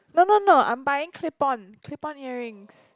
no no no I'm buying clip on clip on earrings